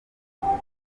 gushaka